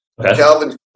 calvin